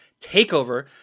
takeover